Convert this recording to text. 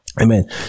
Amen